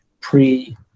pre